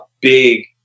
big